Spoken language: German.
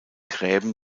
gräben